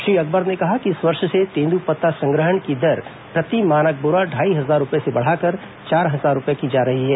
श्री अकबर ने कहा कि इस वर्ष से तेन्द्रपत्ता संग्रहण की दर प्रति मानक बोरा ढाई हजार रूपये से बढ़ाकर चार हजार रूपये की जा रही है